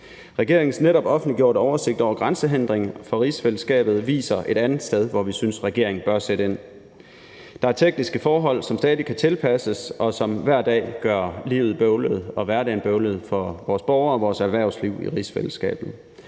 Regeringens netop offentliggjorte oversigt over grænsehindringer for rigsfællesskabet peger på et andet sted, hvor vi synes regeringen bør sætte ind. Der er tekniske forhold, som stadig kan tilpasses, og som hver dag gør livet og hverdagen bøvlet for vores borgere og vores erhvervsliv i rigsfællesskabet.